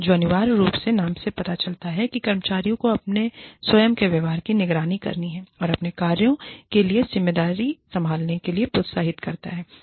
जो अनिवार्य रूप से नाम से पता चलता है कि कर्मचारियों को अपने स्वयं के व्यवहार की निगरानी करने और अपने कार्यों के लिए ज़िम्मेदारी संभालने के लिए प्रोत्साहित करता है